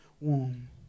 womb